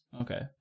Okay